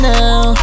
now